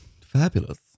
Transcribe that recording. Fabulous